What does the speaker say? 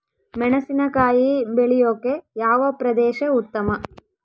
ಮೆಣಸಿನಕಾಯಿ ಬೆಳೆಯೊಕೆ ಯಾವ ಪ್ರದೇಶ ಉತ್ತಮ?